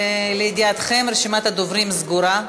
לידיעתכם, רשימת הדוברים סגורה.